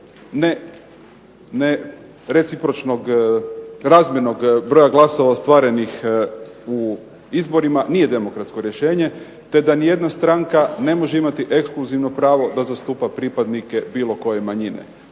nerecipročnog, razmjernog broja glasova ostvarenih u izborima nije demokratsko rješenje te da nijedna stranka ne može imati ekskluzivno pravo da zastupa pripadnike bilo koje manjine.